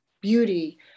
beauty